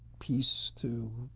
peace to,